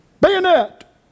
bayonet